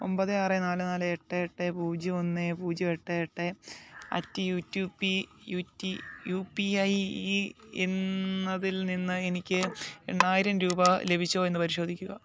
ഒമ്പത് ആറ് നാല് നാല് എട്ട് എട്ട് പൂജ്യം ഒന്ന് പൂജ്യം എട്ട് എട്ട് അറ്റ് യൂറ്റൂപ്പി യൂറ്റീ യു പി ഐ ഈ എൻ എന്നതിൽ നിന്ന് എനിക്ക് എണ്ണായിരം രൂപ ലഭിച്ചോ എന്ന് പരിശോധിക്കുക